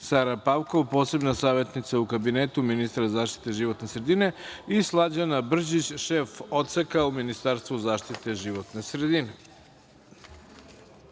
Sara Pavkov, posebna savetnica u Kabinetu ministra zaštite životne sredine i Slađana Brđić, šef Odseka u Ministarstvu zaštite životne sredine. Molim